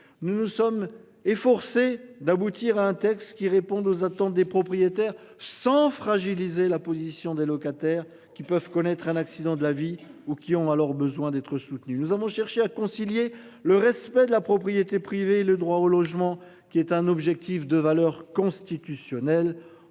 nous nous sommes efforcés d'aboutir à un texte qui réponde aux attentes des propriétaires sans fragiliser la position des locataires qui peuvent connaître un accident de la vie ou qui ont alors besoin d'être soutenus. Nous avons cherché à concilier le respect de la propriété privée et le droit au logement qui est un objectif de valeur constitutionnelle.